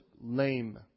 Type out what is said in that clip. lame